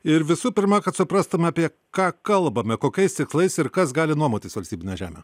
ir visų pirma kad suprastume apie ką kalbame kokiais tikslais ir kas gali nuomotis valstybinę žemę